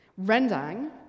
Rendang